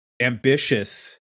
ambitious